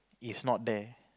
is not there